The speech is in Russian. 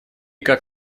как